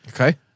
Okay